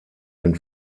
den